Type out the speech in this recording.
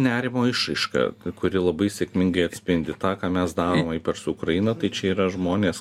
nerimo išraiška kuri labai sėkmingai atspindi tą ką mes darom ypač su ukraina tai čia yra žmonės